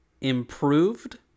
improved